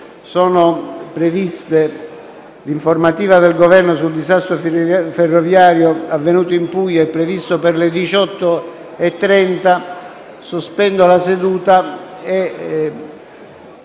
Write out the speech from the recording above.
Poiché l'informativa del Governo sul disastro ferroviario avvenuto in Puglia è prevista per le ore 18,30, sospendo la seduta.